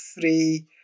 three